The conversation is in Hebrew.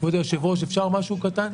כבוד היושב ראש אפשר משהו קטן?